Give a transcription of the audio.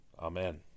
Amen